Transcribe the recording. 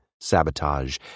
sabotage